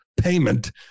payment